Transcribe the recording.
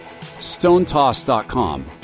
stonetoss.com